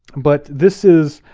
but this is